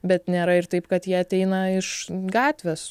bet nėra ir taip kad jie ateina iš gatvės